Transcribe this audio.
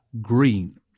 green